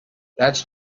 that’s